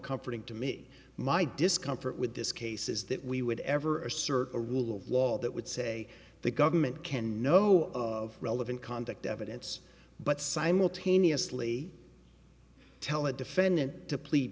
comforting to me my discomfort with this case is that we would ever assert a rule of law that would say the government can no relevant conduct evidence but simultaneously tell a defendant to plead